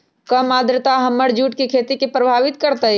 कम आद्रता हमर जुट के खेती के प्रभावित कारतै?